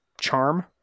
charm